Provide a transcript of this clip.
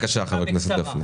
בבקשה, חבר הכנסת גפני.